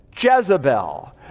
Jezebel